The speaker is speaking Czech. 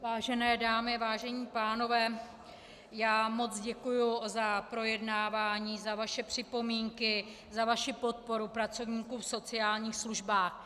Vážené dámy, vážení pánové, já moc děkuji za projednávání, za vaše připomínky, za vaši podporu pracovníků v sociálních službách.